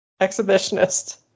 exhibitionist